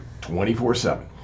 24-7